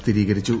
സ്ഥിരീകരിച്ചു